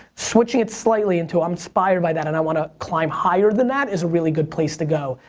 switching it slightly into, i'm inspired by that and i wanna climb higher than that is a really good place to go.